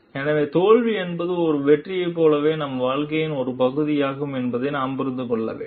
எனவே தோல்வி என்பது ஒரு வெற்றியைப் போலவே நம் வாழ்க்கையின் ஒரு பகுதியாகும் என்பதை நாம் புரிந்து கொள்ள வேண்டும்